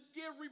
give